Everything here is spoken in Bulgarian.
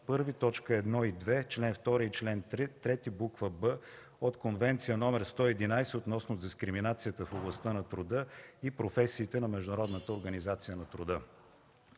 2 и чл. 3, буква „б” от Конвенция № 111 относно дискриминацията в областта на труда и професиите на Международната организация на труда.